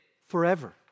forever